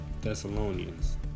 Thessalonians